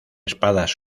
espadas